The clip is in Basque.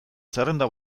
zerrenda